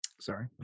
sorry